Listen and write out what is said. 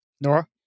Nora